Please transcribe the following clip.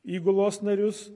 įgulos narius